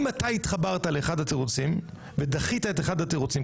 אם אתה התחברת לאחד התירוצים ודחית את אחד התירוצים,